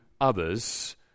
others